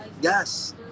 Yes